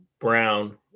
Brown